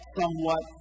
somewhat